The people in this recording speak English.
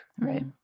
Right